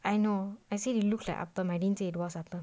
I know I said it looked like appam I didn't say it was appam